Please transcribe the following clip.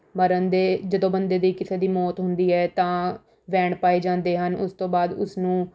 ਮਰਨ ਦੇ ਜਦੋਂ ਬੰਦੇ ਦੀ ਕਿਸੇ ਦੀ ਮੌਤ ਹੁੰਦੀ ਹੈ ਤਾਂ ਵੈਣ ਪਾਏ ਜਾਂਦੇ ਹਨ ਉਸ ਤੋਂ ਬਾਅਦ ਉਸ ਨੂੰ